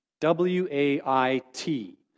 W-A-I-T